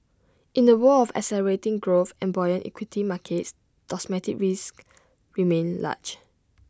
in A world of accelerating growth and buoyant equity markets domestic risks remain large